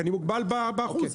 כי אני מוגבל באחוז.